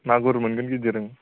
मागुर मोनगोन गिदिर ओं